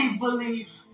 believe